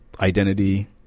identity